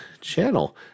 channel